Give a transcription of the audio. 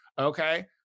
okay